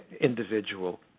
individual